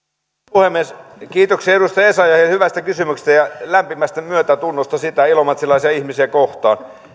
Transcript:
puhemies kiitoksia edustaja essayahille hyvästä kysymyksestä ja lämpimästä myötätunnosta ilomantsilaisia ihmisiä kohtaan